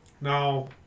Now